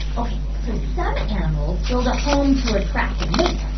ok, so some animals build a home to attract a mate.